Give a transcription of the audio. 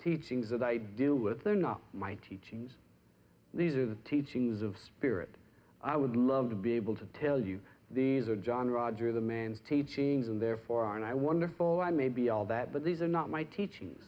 teachings that i deal with are not my teachings these are the teachings of spirit i would love to be able to tell you these are john roger the man's teachings and therefore and i wonderful i may be all that but these are not my teaching